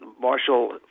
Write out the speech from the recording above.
marshal